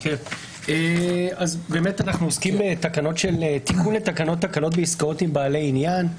אנחנו עוסקים בתיקון לתקנות הקלות בעסקאות בעלי עניין.